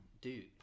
Dude